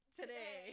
today